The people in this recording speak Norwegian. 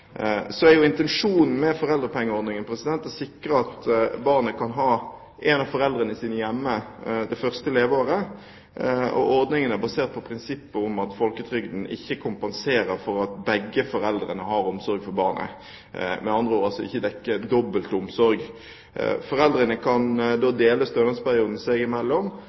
Intensjonen med foreldrepengeordningen er å sikre at barnet kan ha en av foreldrene sine hjemme det første leveåret. Ordningen er basert på prinsippet om at folketrygden ikke kompenserer for at begge foreldrene har omsorg for barnet – med andre ord, altså ikke dekker dobbelt omsorg. Foreldrene kan da dele stønadsperioden seg imellom,